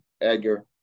Edgar